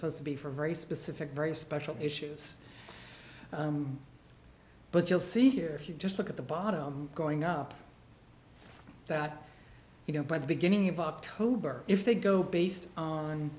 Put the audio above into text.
opposed to be for very specific very special issues but you'll see here if you just look at the bottom going up that you know by the beginning of october if they go based on